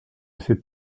ces